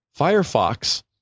Firefox